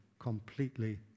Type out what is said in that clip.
completely